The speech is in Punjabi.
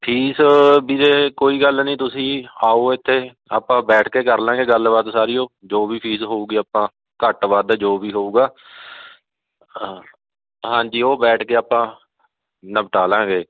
ਫੀਸ ਵੀਰੇ ਕੋਈ ਗੱਲ ਨਹੀਂ ਤੁਸੀਂ ਆਓ ਇੱਥੇ ਆਪਾਂ ਬੈਠ ਕੇ ਕਰਲਾਂਗੇ ਗੱਲਬਾਤ ਸਾਰੀ ਉਹ ਜੋ ਵੀ ਫੀਸ ਹੋਊਗੀ ਆਪਾਂ ਘੱਟ ਵੱਧ ਜੋ ਵੀ ਹੋਊਗਾ ਹਾਂ ਹਾਂਜੀ ਉਹ ਬੈਠ ਕੇ ਆਪਾਂ ਨਿਪਟਾਲਾਗੇ